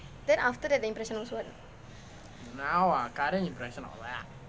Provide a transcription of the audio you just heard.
then after that the impression was what